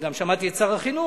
גם שמעתי את שר החינוך,